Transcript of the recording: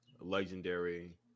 Legendary